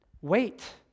Wait